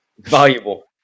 valuable